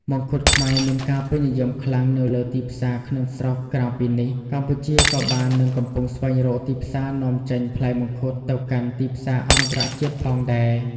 មង្ឃុតខ្មែរមានការពេញនិយមខ្លាំងនៅលើទីផ្សារក្នុងស្រុក ក្រៅពីនេះ កម្ពុជាក៏បាននិងកំពុងស្វែងរកទីផ្សារនាំចេញផ្លែមង្ឃុតទៅកាន់ទីផ្សារអន្តរជាតិផងដែរ។